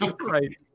right